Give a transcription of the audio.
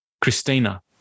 Christina